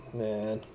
man